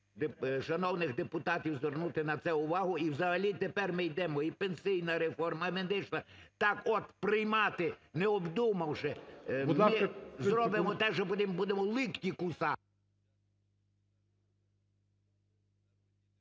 шановних депутатів звернути на це увагу, і взагалі тепер ми йдемо, і пенсійна реформа, і медична. Так от приймати, не обдумавши, ми зробимо те, що потім будемо лікті кусати.